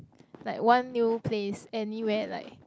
like one new place anywhere like